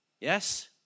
Yes